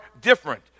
different